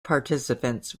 participants